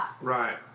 Right